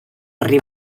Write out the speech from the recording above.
herri